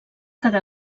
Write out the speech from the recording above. quedar